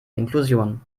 inklusion